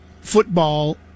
football